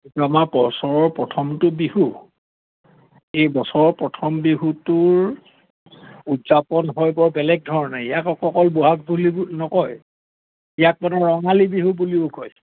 কিটো আমাৰ বছৰৰ প্ৰথমটো বিহু এই বছৰৰ প্ৰথম বিহুটোৰ উদযাপন হয় বৰ বেলেগ ধৰণে ইয়াক অকল বহাগ বুলি নকয় ইয়াক মানুহে ৰঙালী বিহু বুলিও কয়